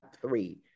three